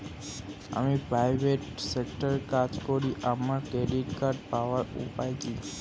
আমি প্রাইভেট সেক্টরে কাজ করি আমার ক্রেডিট কার্ড পাওয়ার উপায় কি?